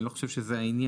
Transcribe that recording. אני לא חושב שזה העניין.